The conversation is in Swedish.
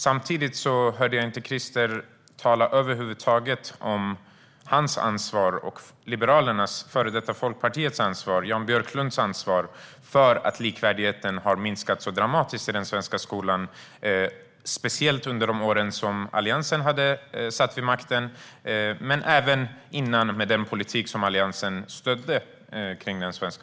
Samtidigt hörde jag inte Christer över huvud taget nämna hans, Liberalernas och Jan Björklunds ansvar för att likvärdigheten har minskat så dramatiskt i den svenska skolan, speciellt under de år som Alliansen satt vid makten, men även under åren innan med den politik för den svenska skolan som Alliansen då stödde.